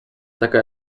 taka